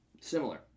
Similar